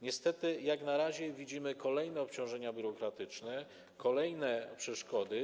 Niestety, jak na razie widzimy kolejne obciążenia biurokratyczne i kolejne przeszkody.